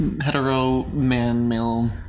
hetero-man-male